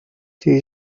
there